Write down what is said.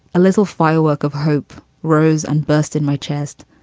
a little firework of hope rose and burst in my chest.